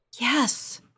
Yes